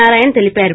నారాయణ తెలిపారు